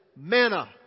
manna